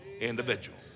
individual